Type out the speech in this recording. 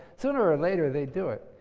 sooner or later they do it,